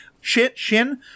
shin